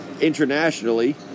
internationally